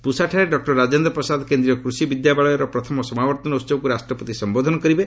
ପୁସାଠାରେ doctor Rajendra Prasad କେନ୍ଦ୍ରୀୟ କୃଷି ବିଶ୍ୱବିଦ୍ୟାଳୟର ପ୍ରଥମ ସମାବର୍ତ୍ତନ ଉହବକୁ ରାଷ୍ଟ୍ରପତି ସମ୍ଭୋଧନ କରିବେ